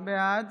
בעד